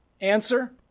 Answer